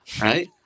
right